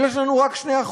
אבל יש לנו רק 2%,